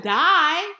die